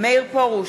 מאיר פרוש,